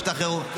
והשתחררו.